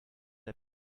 der